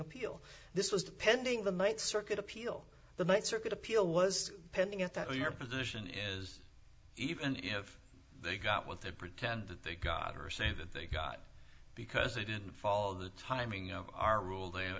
appeal this was pending the th circuit appeal the th circuit appeal was pending at that your position is even if they got what they pretend that they got or say that they got because they didn't fall the timing of our rule them